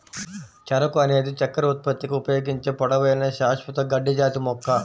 చెరకు అనేది చక్కెర ఉత్పత్తికి ఉపయోగించే పొడవైన, శాశ్వత గడ్డి జాతి మొక్క